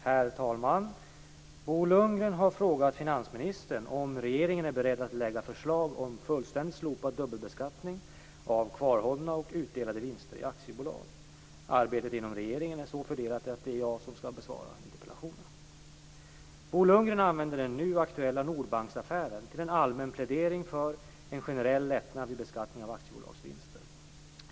Herr talman! Bo Lundgren har frågat finansministern om regeringen är beredd att lägga förslag om fullständigt slopad dubbelbeskattning av kvarhållna och utdelade vinster i aktiebolag. Arbetet inom regeringen är så fördelat att det är jag som skall besvara interpellationen. Bo Lundgren använder den nu aktuella Nordbanksaffären till en allmän plädering för en generell lättnad vid beskattningen av aktiebolagsvinster.